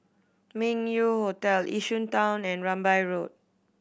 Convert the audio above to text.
Meng Yew Hotel Yishun Town and Rambai Road